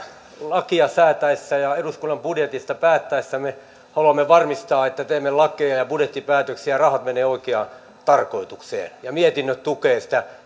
lakia säätäessämme ja eduskunnan budjetista päättäessämme haluamme varmistaa että kun teemme lakeja ja budjettipäätöksiä rahat menevät oikeaan tarkoitukseen ja mietinnöt tukevat sitä